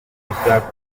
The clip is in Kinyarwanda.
bushya